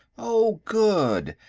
oh, good.